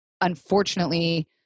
unfortunately